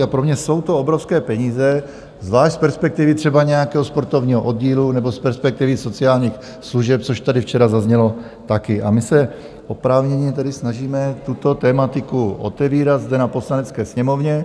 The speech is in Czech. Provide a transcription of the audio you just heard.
A pro mě jsou to obrovské peníze, zvlášť z perspektivy třeba nějakého sportovního oddílu nebo z perspektivy sociálních služeb, což tady včera zaznělo taky, a my se oprávněně tedy snažíme tuto tematiku otevírat zde na Poslanecké sněmovně.